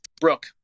Brooke